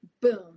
boom